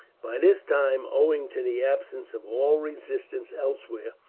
by this time, owing to the absence of all resistance elsewhere,